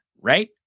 right